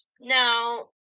now